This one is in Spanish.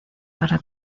para